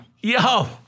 Yo